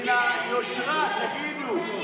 מן היושרה שתגידו.